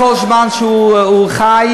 כל זמן שהוא חי,